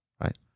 right